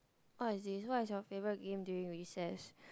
what is this what is your favourite game during recess